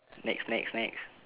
next next next